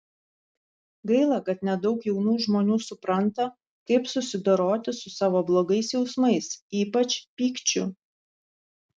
gaila kad nedaug jaunų žmonių supranta kaip susidoroti su savo blogais jausmais ypač pykčiu